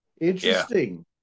Interesting